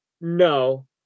no